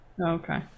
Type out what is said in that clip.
okay